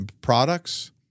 products